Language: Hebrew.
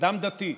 אדם דתי,